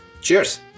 Cheers